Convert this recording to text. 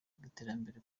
rw’iterambere